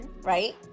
right